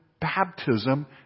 baptism